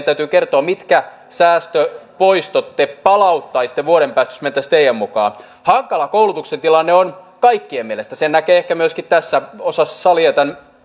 täytyy kertoa mitkä säästöpoistot te palauttaisitte vuoden päästä jos mentäisiin teidän mukaanne hankala on koulutuksen tilanne kaikkien mielestä sen näkee ehkä myöskin tässä osassa salia tämän